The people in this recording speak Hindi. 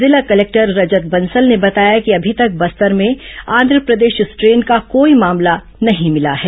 जिला कलेक्टर रजत बंसल ने बताया कि अभी तक बस्तर में आंध्रप्रदेश स्ट्रेन का कोई मामला नहीं मिला है